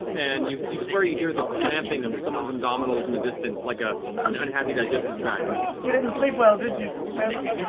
and you you swear you hear the cramping of someone's abdominals in the distance, like ah an unhappy digestive tract. sam you didn't sleep well, did you? no? yeah